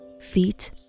feet